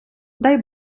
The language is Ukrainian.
дай